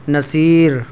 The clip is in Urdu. نصیر